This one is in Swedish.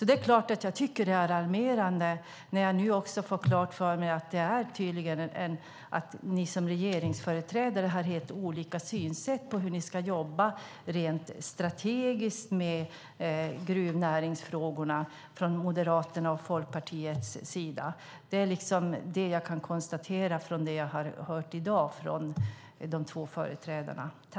Det är klart att jag tycker att detta är alarmerande, särskilt när jag nu också får klart för mig att ni som regeringsföreträdare har helt olika synsätt på hur ni ska jobba rent strategiskt med gruvnäringsfrågorna i Moderaterna och Folkpartiet. Det är vad jag kan konstatera av det jag har hört i dag från de två partiföreträdarna.